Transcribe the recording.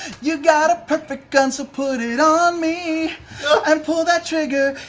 you got a perfect gun, so put it on me and pull that trigger,